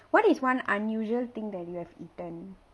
what is one unusual thing that you have eaten